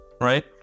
right